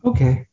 Okay